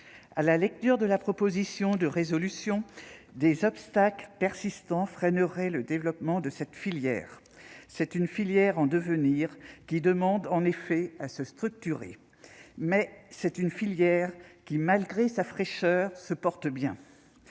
en croit cette proposition de résolution, des obstacles persistants freineraient le développement de cette filière. C'est, en effet, une filière en devenir, qui doit encore se structurer, mais c'est aussi une filière qui, malgré sa fraîcheur, se porte bien.